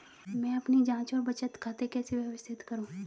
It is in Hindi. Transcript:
मैं अपनी जांच और बचत खाते कैसे व्यवस्थित करूँ?